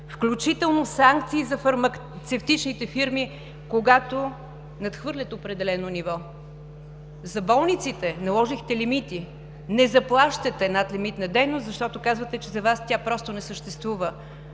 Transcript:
включително санкции за фармацевтичните фирми, когато надхвърлят определено ниво. За болниците наложихте лимити – не заплащате надлимитна дейност, защото казвате, че за Вас тя просто не съществува.